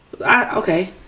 Okay